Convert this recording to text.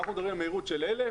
אנחנו מדברים על מהירות של 1,000